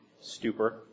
stupor